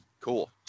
Cool